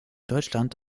deutschland